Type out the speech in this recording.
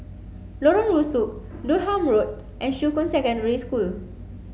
Lorong Rusuk Durham Road and Shuqun Secondary School